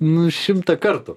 nu šimtą kartų